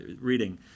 reading